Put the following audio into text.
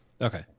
Okay